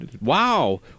wow